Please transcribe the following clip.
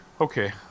Okay